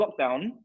lockdown